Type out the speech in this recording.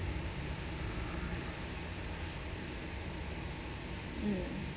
mm